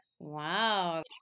Wow